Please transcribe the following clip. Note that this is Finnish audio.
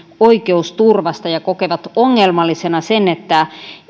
oikeusturvasta ja kokevat ongelmallisena sen että